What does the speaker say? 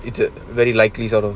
is it very likely sort of